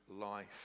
life